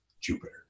Jupiter